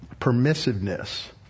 permissiveness